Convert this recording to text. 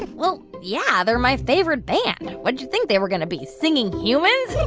well, yeah, they're my favorite band. what'd you think they were going to be, singing humans?